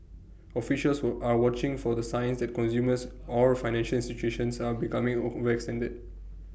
officials were are watching for the signs that consumers or financial institutions are becoming overextended